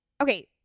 Okay